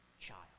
child